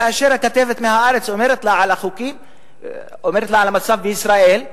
כאשר הכתבת מ"הארץ" אומרת לה על המצב בישראל,